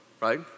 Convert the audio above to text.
right